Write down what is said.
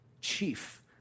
chief